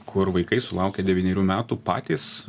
kur vaikai sulaukę devynerių metų patys